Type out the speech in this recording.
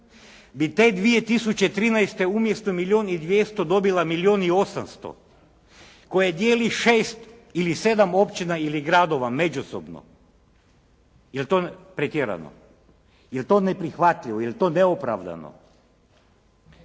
bi te 2013. umjesto milijun i 200 dobila milijun i 800 koje dijeli 6 ili 7 općina ili gradova međusobno. Jel' to pretjerano? Jel' to ne prihvatljivo, jel' to neopravdano?